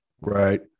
right